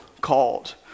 called